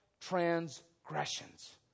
transgressions